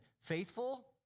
faithful